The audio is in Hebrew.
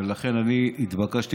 ולכן אני התבקשתי,